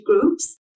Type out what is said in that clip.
groups